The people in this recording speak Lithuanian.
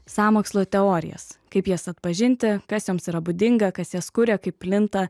sąmokslo teorijas kaip jas atpažinti kas joms yra būdinga kas jas kuria kaip plinta